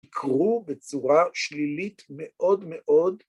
יקרו בצורה שלילית מאוד מאוד.